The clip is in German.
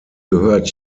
gehört